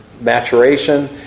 maturation